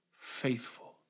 faithful